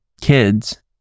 kids